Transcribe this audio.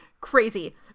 Crazy